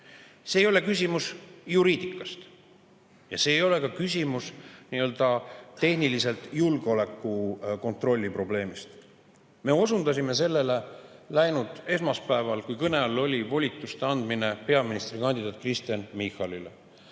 See ei ole küsimus juriidikast ja see ei ole ka küsimus nii-öelda tehniliselt julgeolekukontrolli probleemist. Me osundasime läinud esmaspäeval, kui kõne all oli volituste andmine peaministrikandidaat Kristen Michalile,